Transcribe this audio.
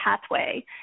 pathway